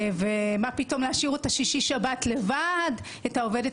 ומה פתאום להשאיר אותה שישי שבת לבד את העובדת